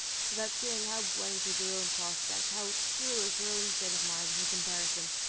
without feeling how blank was her own prospect, how cheerless her own state of mind in the comparison,